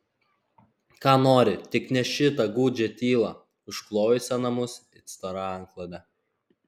ką nori tik ne šitą gūdžią tylą užklojusią namus it stora antklode